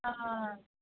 ആ